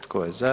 Tko je za?